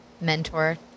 mentor